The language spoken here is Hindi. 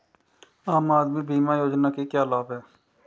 आम आदमी बीमा योजना के क्या लाभ हैं?